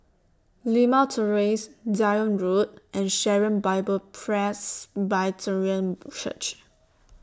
Limau Terrace Zion Road and Sharon Bible Presbyterian Church